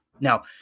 Now